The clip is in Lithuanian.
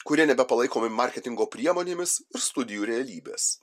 kurie nebepalaikomi marketingo priemonėmis ir studijų realybės